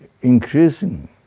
increasing